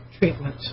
Treatment